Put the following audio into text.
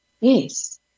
yes